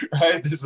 right